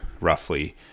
roughly